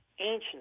ancient